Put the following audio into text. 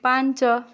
ପାଞ୍ଚ